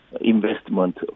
investment